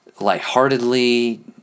lightheartedly